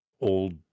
old